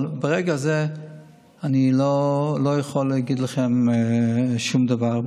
אבל ברגע זה אני לא יכול להגיד לכם שום דבר.